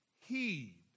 heed